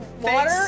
Water